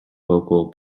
vocal